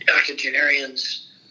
octogenarians